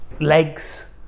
legs